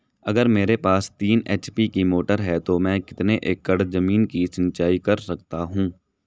अगर मेरे पास तीन एच.पी की मोटर है तो मैं कितने एकड़ ज़मीन की सिंचाई कर सकता हूँ?